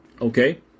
Okay